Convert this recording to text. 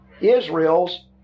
Israel's